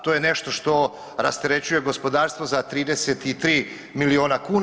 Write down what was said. To je nešto što rasterećuje gospodarstvo za 33 milijuna kuna.